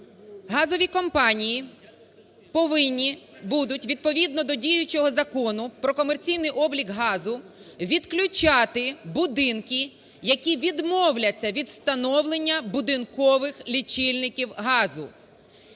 Газові компанії повинні будуть відповідно до діючого Закону про комерційний облік газу відключати будинки, які відмовляться від встановлення будинкових лічильників газу